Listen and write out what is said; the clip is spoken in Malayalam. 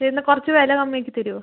തരുന്നത് കുറച്ച് വില കമ്മി ആക്കി തരുവോ